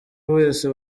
wese